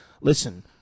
listen